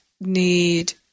need